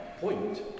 point